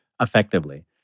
effectively